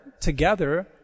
together